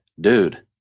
dude